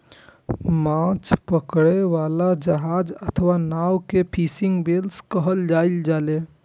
माछ पकड़ै बला जहाज अथवा नाव कें फिशिंग वैसेल्स कहल जाइ छै